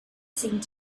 seemed